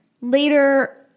Later